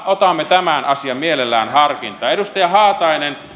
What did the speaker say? otamme tämän asian mielellämme harkintaan edustaja haatainen